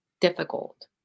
difficult